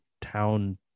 town